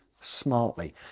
smartly